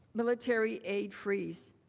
military aid freeze,